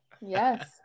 Yes